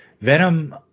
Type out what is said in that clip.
Venom